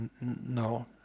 No